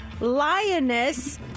Lioness